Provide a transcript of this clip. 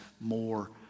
more